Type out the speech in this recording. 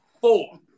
Four